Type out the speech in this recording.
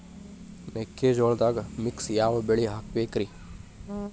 ಮೆಕ್ಕಿಜೋಳದಾಗಾ ಮಿಕ್ಸ್ ಯಾವ ಬೆಳಿ ಹಾಕಬೇಕ್ರಿ?